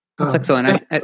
excellent